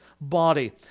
body